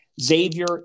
Xavier